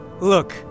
Look